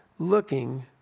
looking